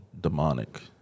demonic